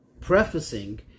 prefacing